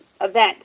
event